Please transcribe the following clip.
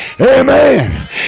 Amen